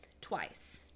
Twice